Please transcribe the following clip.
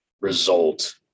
result